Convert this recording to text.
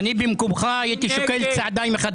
אני רוצה לזכות את הרבים.